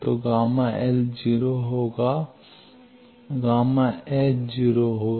तो Γ L 0 होगा Γ s 0 होगा